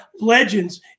legends